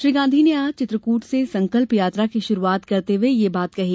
श्री गांधी ने आज चित्रकूट से संकल्प यात्रा की शुरूआत करते हुए ये बात कही